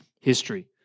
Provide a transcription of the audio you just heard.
history